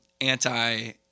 anti